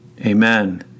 Amen